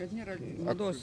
kad nėra mados